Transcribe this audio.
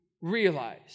realize